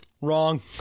Wrong